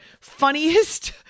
funniest